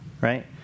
right